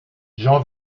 jean